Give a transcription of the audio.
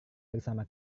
bersama